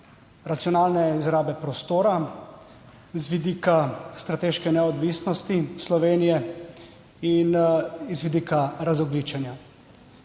racionalne izrabe prostora, z vidika strateške neodvisnosti Slovenije in z vidika razogljičenja.